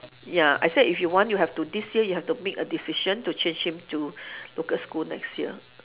ya I said if you want you have to this year you have to make a decision to change him to local school next year